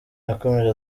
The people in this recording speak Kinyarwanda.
yakomeje